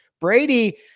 Brady